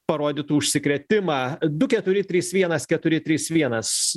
parodytų užsikrėtimą du keturi trys vienas keturi trys vienas